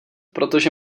protože